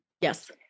yes